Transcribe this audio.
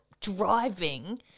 driving